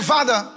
Father